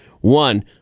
One